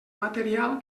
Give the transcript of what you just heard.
material